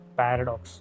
paradox